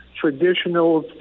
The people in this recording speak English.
traditional